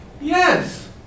yes